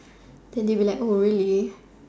then you be like really